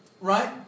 Right